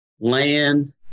land